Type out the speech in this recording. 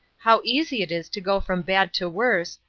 how easy it is to go from bad to worse,